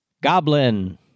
Goblin